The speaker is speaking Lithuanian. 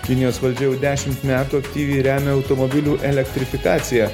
kinijos valdžia jau dešimt metų aktyviai remia automobilių elektrifikaciją